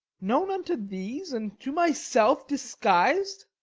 known unto these, and to myself disguis'd!